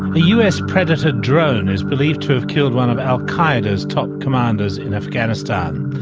a us predator drone is believed to have killed one of al qaeda's top commanders in afghanistan.